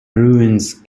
ruins